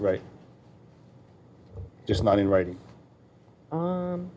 right just not in writing